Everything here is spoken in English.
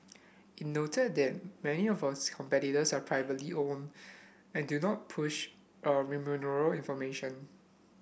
it noted that many of its competitors are privately owned and do not push a information